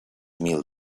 mil